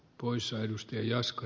poissa edusti jaska